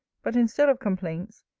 but, instead of complaints,